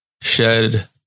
shed